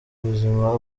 ubuzima